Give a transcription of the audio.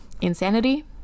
insanity